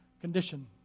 condition